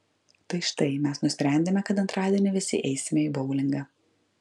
tai štai mes nusprendėme kad antradienį visi eisime į boulingą